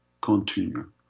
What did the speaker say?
continue